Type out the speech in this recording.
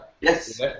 yes